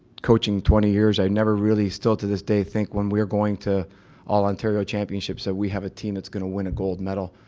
coaching twenty years i never really, still to this day think when we're going to all ontario championships that we have a team that's going to win a gold medal.